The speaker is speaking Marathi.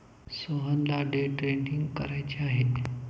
सोहनला डे ट्रेडिंग करायचे आहे